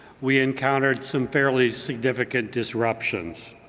we encountered some fairly significant disruptions.